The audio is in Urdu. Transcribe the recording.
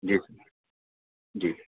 جی سر جی